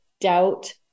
doubt